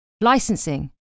Licensing